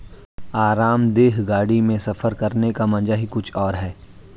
आरामदेह गाड़ी में सफर करने का मजा ही कुछ और है